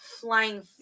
flying